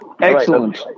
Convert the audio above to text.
Excellent